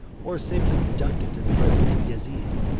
or safely conducted to the presence of yezid.